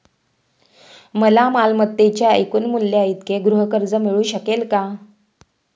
मला मालमत्तेच्या एकूण मूल्याइतके गृहकर्ज मिळू शकेल का?